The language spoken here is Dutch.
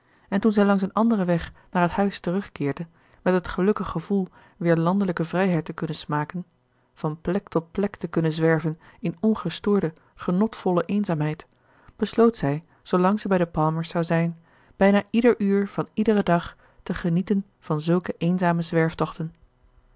en toen zij langs een anderen weg naar het huis terugkeerde met het gelukkig gevoel weer landelijke vrijheid te kunnen smaken van plek tot plek te kunnen zwerven in ongestoorde genotvolle eenzaamheid besloot zij zoolang zij bij de palmers zou zijn bijna ieder uur van iederen dag te genieten van zulke eenzame